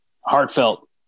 heartfelt